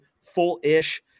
full-ish